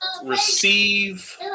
receive